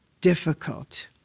difficult